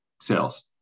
sales